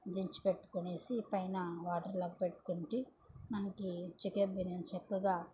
దించి పెట్టుకునేసి పైన వాటర్లాక్ పెట్టుకుంటే మనకి చికెన్ బిర్యానీ చక్కగా